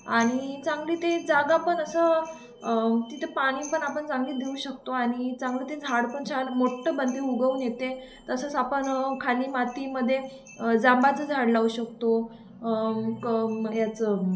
आणि चांगली ते जागा पण असं तिथे पाणी पण आपण चांगली देऊ शकतो आणि चांगलं ते झाड पण छान मोठं पैकी उगवून येते तसंच आपण खाली मातीमध्ये जांभळाचं झाड लावू शकतो क याचं